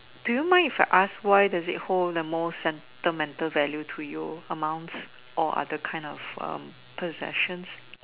do you mind if I ask why does it hold the most sentimental value to you amongst all other kind of uh possessions